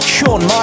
Sean